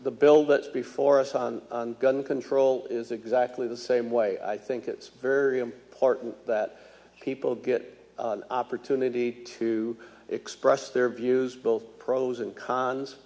the bill that before us on gun control is exactly the same way i think it's very important that people get opportunity to express their views both pros and cons